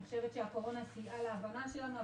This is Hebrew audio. אני חושבת שהקורונה סייעה להבנה שלנו.